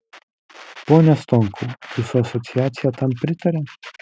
pone stonkau jūsų asociacija tam pritaria